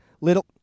Little